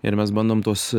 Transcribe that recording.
ir mes bandom tuos